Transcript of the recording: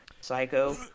psycho